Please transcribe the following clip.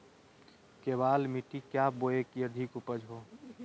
केबाल मिट्टी क्या बोए की अधिक उपज हो?